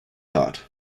taught